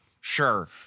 Sure